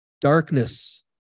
darkness